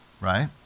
right